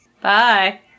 Bye